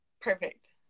Perfect